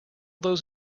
those